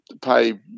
pay